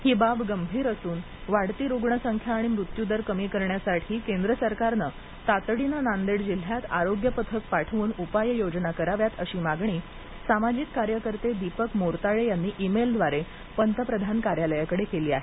ही बाब गंभीर असून वाढती रुग्ण संख्या आणि मृत्यूदर कमी करण्यासाठी केंद्र सरकारने तातडीनं नांदेड जिल्ह्यात आरोग्य पथक पाठवून उपाय योजना कराव्यात अशी मागणी सामाजिक कार्यकर्ते दीपक मोरताळे यांनी ईमेलद्वारे पंतप्रधान कार्यालयाकडे केली आहे